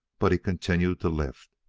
but he continued to lift.